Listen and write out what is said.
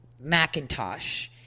macintosh